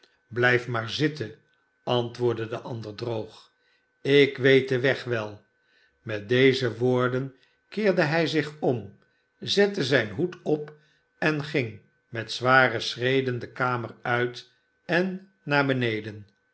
blijf maar zitten antwoordde de ander droog ik weet den weg wel met deze woorden keerde hij zich om zette zijn hoed op en ging met zware schreden de kamer uit en naar beneden